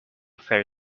very